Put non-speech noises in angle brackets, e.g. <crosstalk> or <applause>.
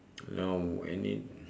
<noise> oh any